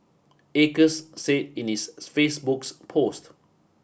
Acres said in its Facebook's post